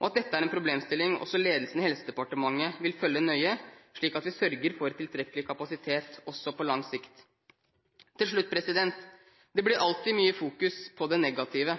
og at dette er en problemstilling også ledelsen i Helse- og omsorgsdepartementet vil følge nøye, slik at vi sørger for tilstrekkelig kapasitet også på lang sikt. Til slutt: Det blir alltid mye